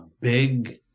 big